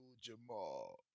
Jamal